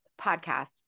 podcast